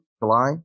July